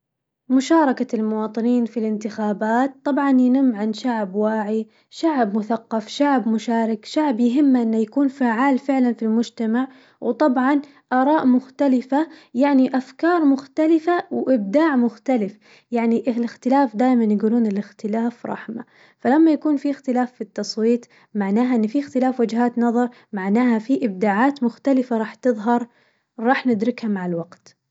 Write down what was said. مشاركة المواطنين في الانتخابات طبعاً ينم عن شعب واعي شعب مثقف شعب مشارك، شعب يهمه إنه يكون فعال فعلاً في المجتمع وطبعاً آراء مختلفة يعني أفكار مختلفة وإبداع مختلف، يعني الاختلاف دايماً يقولون الاختلاف رحمة، فلما يكون في اختلاف بالتصويت معناها إنه في اختلاف وجهات نظر معناها في إبداعات مختلفة راح تظهر، راح ندركها مع الوقت.